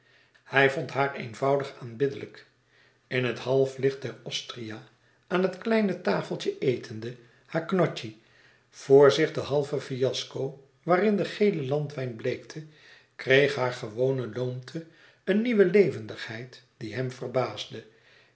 hij vond haar eenvoudig aanbiddelijk in het halflicht der osteria aan het kleine tafeltje etende hare gnocchi vor zich de halve fiasco waarin de gele landwijn bleekte kreeg hare gewone loomte eene nieuwe levendigheid die hem verbaasde